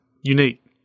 unique